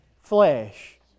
flesh